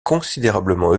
considérablement